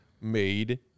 made